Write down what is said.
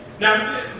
Now